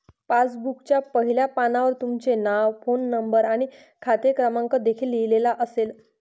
पासबुकच्या पहिल्या पानावर तुमचे नाव, फोन नंबर आणि खाते क्रमांक देखील लिहिलेला असेल